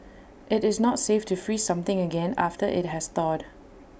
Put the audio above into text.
IT is not safe to freeze something again after IT has thawed